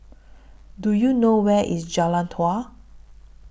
Do YOU know Where IS Jalan Dua